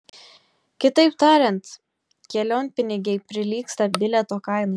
kitaip tariant kelionpinigiai prilygsta bilieto kainai